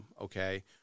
Okay